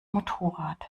motorrad